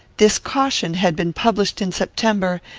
this caution had been published in september,